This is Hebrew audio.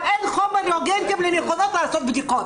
אבל אין חומר ריאגנטי במחוזות לעשות בדיקות.